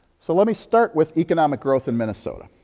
so let me start with economic growth in minnesota.